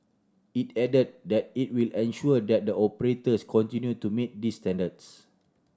it added that it will ensure that the operators continue to meet these standards